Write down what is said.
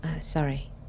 sorry